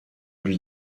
lui